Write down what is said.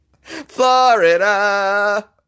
Florida